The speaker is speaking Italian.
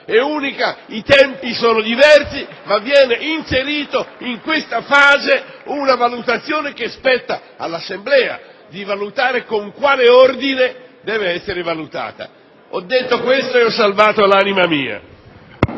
è unica. I tempi sono diversi, ma viene inserita in questa fase una valutazione che spetta all'Assemblea decidere in quale ordine vada affrontata. Ho detto questo e ho salvato l'anima mia.